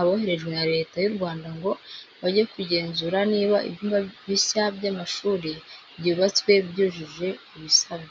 aboherejwe na Leta y'u Rwanda ngo bajye kugenzura niba ibyumba bishya by'amashuri byubatswe byujuje ibisabwa.